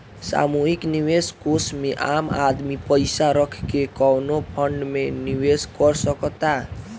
सामूहिक निवेश कोष में आम आदमी पइसा रख के कवनो फंड में निवेश कर सकता